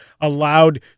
allowed